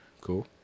Cool